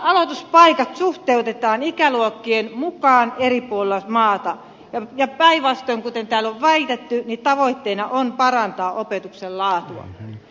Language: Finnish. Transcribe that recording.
aloituspaikat suhteutetaan ikäluokkien mukaan eri puolilla maata ja päinvastoin kuin täällä on väitetty tavoitteena on parantaa opetuksen laatua